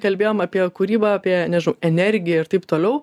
kalbėjom apie kūrybą apie nežinau energiją ir taip toliau